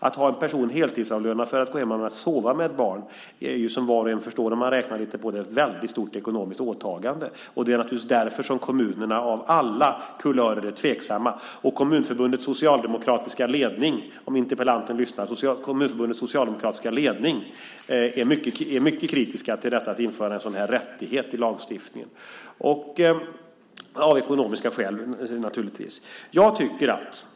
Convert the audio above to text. Att ha en person heltidsavlönad för att gå hem och sova med ett barn är som var och en förstår om man räknar lite på det ett väldigt stort ekonomiskt åtagande. Det är naturligtvis därför som kommuner av alla kulörer är tveksamma. Kommunförbundets socialdemokratiska ledning - om interpellanten lyssnar - är mycket kritisk till att införa en sådan rättighet i lagstiftningen, av ekonomiska skäl naturligtvis.